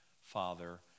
Father